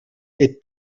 est